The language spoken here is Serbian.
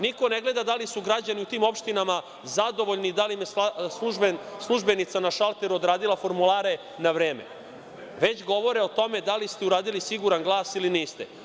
Niko ne gleda da li su građani u tim opštinama zadovoljni da li im je službenica na šalteru odradila formulare na vreme, već govore o tome da li ste uradili „siguran glas“ ili niste.